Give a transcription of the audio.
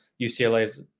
UCLA's